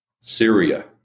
Syria